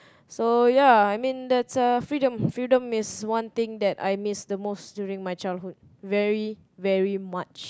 so ya I mean that's a freedom freedom is one thing that I miss the most during my childhood very very much